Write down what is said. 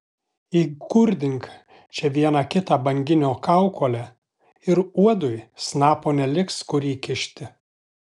įkurdink čia vieną kitą banginio kaukolę ir uodui snapo neliks kur įkišti